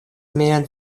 mian